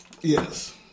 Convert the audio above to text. Yes